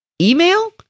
email